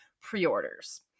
pre-orders